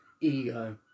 ego